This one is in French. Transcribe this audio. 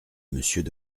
monsieur